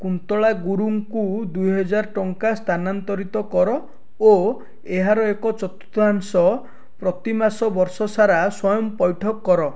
କୁନ୍ତଳା ଗୁରୁଙ୍କୁ ଦୁଇ ହଜାର ଟଙ୍କା ସ୍ଥାନାନ୍ତରିତ କର ଓ ଏହାର ଏକ ଚତୁର୍ଥାଂଶ ପ୍ରତିମାସ ବର୍ଷସାରା ସ୍ଵୟଂ ପଇଠ କର